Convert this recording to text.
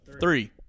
three